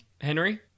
Henry